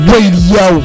Radio